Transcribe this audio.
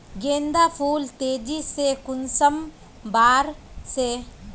गेंदा फुल तेजी से कुंसम बार से?